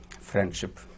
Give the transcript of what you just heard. friendship